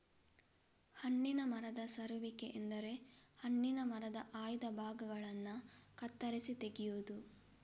ಹಣ್ಣಿನ ಮರದ ಸರುವಿಕೆ ಎಂದರೆ ಹಣ್ಣಿನ ಮರದ ಆಯ್ದ ಭಾಗಗಳನ್ನ ಕತ್ತರಿಸಿ ತೆಗೆಯುದು